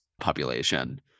population